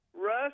Russ